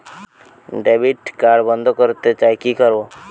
Debit card বন্ধ করতে চাই কি করব?